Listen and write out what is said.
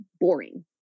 boring